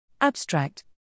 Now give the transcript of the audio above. Abstract